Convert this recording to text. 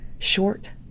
short